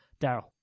Daryl